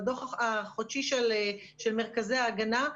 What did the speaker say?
בדוח החודשי של מרכזי ההגנה,